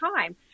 time